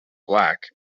black